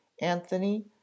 anthony